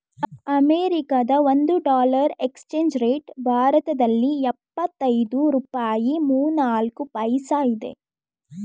ಅಮೆರಿಕದ ಒಂದು dollar exchange rate ಭಾರತದಲ್ಲಿ ಎಪ್ಪತ್ತೈದು ರೂಪಾಯಿ ಮೂವ್ನಾಲ್ಕು ಪೈಸಾ ಇದೆ